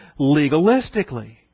legalistically